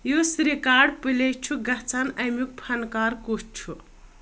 یُس رِکاڈ پلے چھُ گژھان امِیُک فنکار کُس چھُ ؟